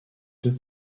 deux